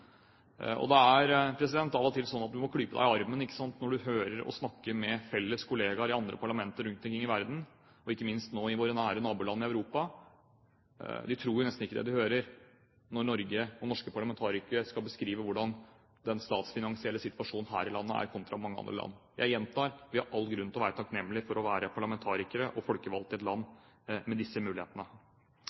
Det er av og til sånn at du må klype deg i armen når du snakker med kolleger i andre parlamenter rundt omkring i verden, ikke minst nå i våre nære naboland i Europa. De tror nesten ikke det de hører, når Norge og norske parlamentarikere beskriver hvordan den statsfinansielle situasjonen er her i landet kontra i mange andre land. Jeg gjentar: Vi har all grunn til å være takknemlige for å være parlamentarikere og folkevalgte i et land med disse mulighetene.